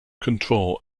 control